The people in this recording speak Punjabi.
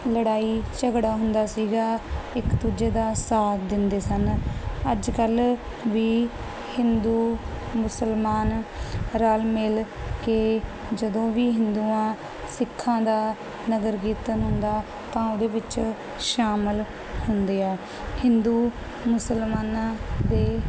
ਲੜਾਈ ਝਗੜਾ ਹੁੰਦਾ ਸੀਗਾ ਇੱਕ ਦੂਜੇ ਦਾ ਸਾਥ ਦਿੰਦੇ ਸਨ ਅੱਜ ਕੱਲ ਵੀ ਹਿੰਦੂ ਮੁਸਲਮਾਨ ਰਲ ਮਿਲ ਕੇ ਜਦੋਂ ਵੀ ਹਿੰਦੂਆਂ ਸਿੱਖਾਂ ਦਾ ਨਗਰ ਕੀਰਤਨ ਹੁੰਦਾ ਤਾਂ ਉਹਦੇ ਵਿੱਚ ਸ਼ਾਮਿਲ ਹੁੰਦੇ ਆ ਹਿੰਦੂ ਮੁਸਲਮਾਨਾਂ ਦੇ